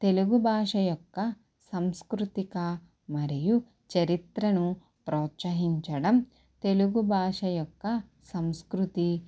తెలుగుభాష యొక్క సంస్కృతిక మరియు చరిత్రను ప్రోత్సహించడం తెలుగుభాష యొక్క సంస్కృతి